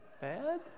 bad